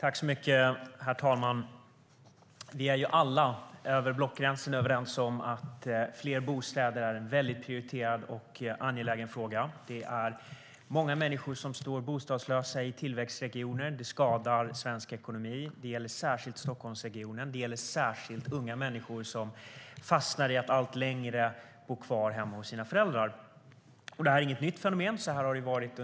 Herr talman! Vi är alla över blockgränserna överens om att fler bostäder är en prioriterad och angelägen fråga. Många människor står bostadslösa i tillväxtregionerna, vilket skadar svensk ekonomi. Det gäller särskilt Stockholmsregionen, och det gäller särskilt unga människor, som fastnar i att allt längre bo kvar hos sina föräldrar. Det är inget nytt fenomen.